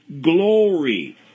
glory